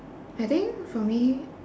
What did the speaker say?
I think for me